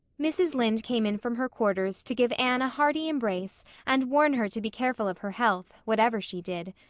mrs. lynde came in from her quarters to give anne a hearty embrace and warn her to be careful of her health, whatever she did.